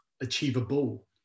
achievable